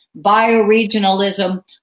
bioregionalism